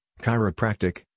chiropractic